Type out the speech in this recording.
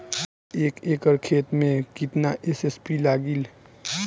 एक एकड़ खेत मे कितना एस.एस.पी लागिल?